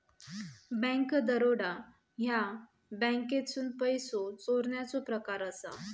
bank दरोडा ह्या बँकेतसून पैसो चोरण्याचो प्रकार असा